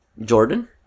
Jordan